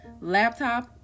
laptop